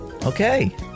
Okay